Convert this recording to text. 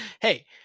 hey